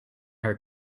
her